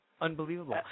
Unbelievable